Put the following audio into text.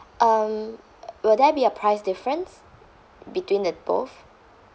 um will there be a price difference between the both